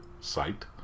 site